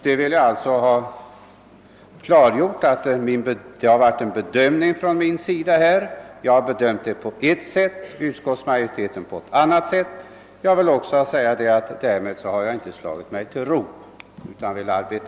Jag vill alltså ha klargjort att jag har bedömt saken på ett sätt och utskottsmajoriteten på ett annat.